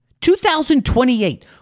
2028